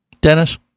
Dennis